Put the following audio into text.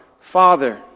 Father